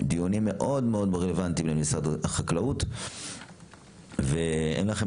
הדיונים רלוונטיים מאוד-מאוד למשרד החקלאות ואין לכם